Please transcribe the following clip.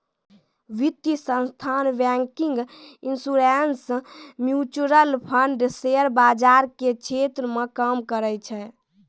वित्तीय संस्थान banking insurance mutual fund share बाजार के क्षेत्र मे काम करै छै